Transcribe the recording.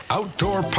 Outdoor